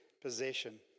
possession